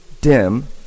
dim